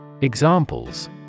Examples